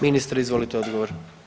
Ministre izvolite odgovor.